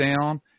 down